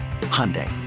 Hyundai